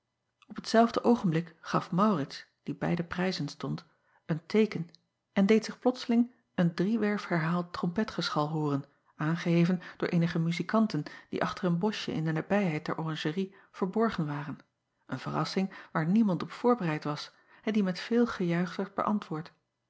p hetzelfde oogenblik gaf aurits die bij de prijzen stond een teeken en deed zich plotslings een driewerf herhaald trompetgeschal hooren aangeheven door eenige mu acob van ennep laasje evenster delen zikanten die achter een boschje in de nabijheid der oranjerie verborgen waren een verrassing waar niemand op voorbereid was en die met veel gejuich werd beäntwoord